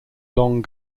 long